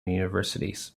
universities